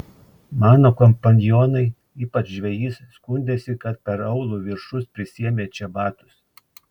mano kompanionai ypač žvejys skundėsi kad per aulų viršus prisėmė čebatus